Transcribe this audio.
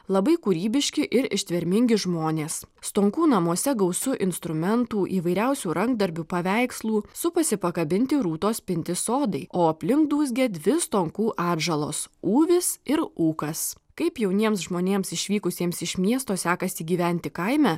labai kūrybiški ir ištvermingi žmonės stonkų namuose gausu instrumentų įvairiausių rankdarbių paveikslų supasi pakabinti rūtos pinti sodai o aplink dūzgia dvi stonkų atžalos ūvis ir ūkas kaip jauniems žmonėms išvykusiems iš miesto sekasi gyventi kaime